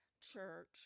church